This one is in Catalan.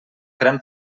gran